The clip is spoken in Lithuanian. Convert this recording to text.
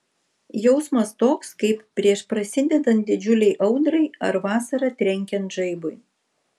jausmas toks kaip prieš prasidedant didžiulei audrai ar vasarą trenkiant žaibui